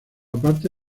parte